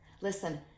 Listen